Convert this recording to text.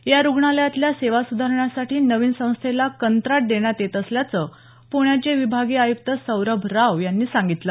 या रुग्णालयातल्या सेवा सुधारण्यासाठी नवीन संस्थेला कंत्राट देण्यात येत असल्याचं प्ण्याचे विभागीय आयुक्त सौरभ राव यांनी सांगितलं